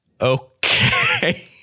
Okay